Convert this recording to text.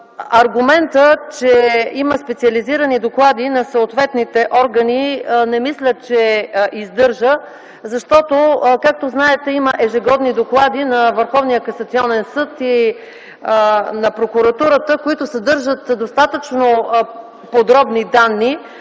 Аргументът, че има специализирани доклади на съответните органи, не мисля, че издържа, защото, както знаете има ежегодни доклади на Върховния касационен съд и на Прокуратурата, които съдържат достатъчно подробни данни.